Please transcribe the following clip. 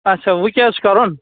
اَچھا وۅنۍ کیٛاہ حظ چھُ کَرُن